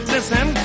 Listen